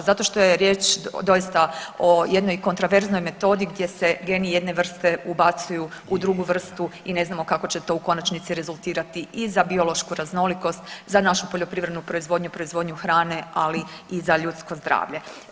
Zato što je riječ doista o jednoj kontroverznoj metodi gdje se geni jedne vrste ubacuju u drugu vrstu i ne znamo kako će to u konačnici rezultirati i za biološku raznolikost, za našu poljoprivrednu proizvodnju, proizvodnju hrane, ali i za ljudsko zdravlje.